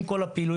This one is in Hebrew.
עם כל הפעילויות,